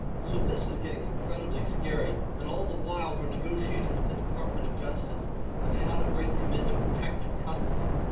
so this is getting incredibly scary. and all the while, we're negotiating with the department of justice of how to bring him into protective custody.